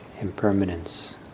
impermanence